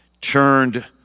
turned